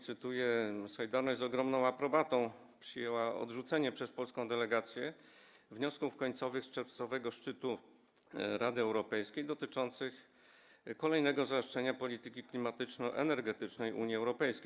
Cytuję: „Solidarność” z ogromną aprobatą przyjęła odrzucenie przez polską delegację wniosków końcowych z czerwcowego szczytu Rady Europejskiej dotyczących kolejnego zaostrzenia polityki klimatyczno-energetycznej Unii Europejskiej.